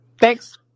Thanks